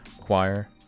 choir